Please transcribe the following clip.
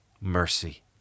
Mercy